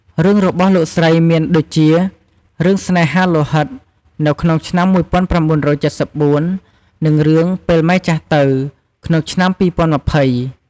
រឿងរបស់លោកស្រីមានដូចជា រឿង ស្នេហាលោហិត នៅក្នុងឆ្នាំ ១៩៧៤ និង រឿង ពេលម៉ែចាស់ទៅ ក្នុងឆ្នាំ ២០២០។